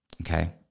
Okay